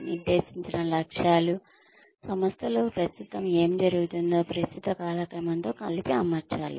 నిర్దేశించిన లక్ష్యాలు సంస్థలో ప్రస్తుతం ఏమి జరుగుతుందో ప్రస్తుత కాలక్రమంతో కలిపి అమర్చాలి